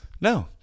No